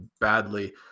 badly